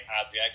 object